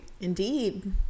Indeed